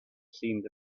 seemed